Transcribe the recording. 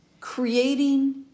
creating